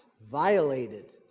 violated